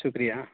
شکریہ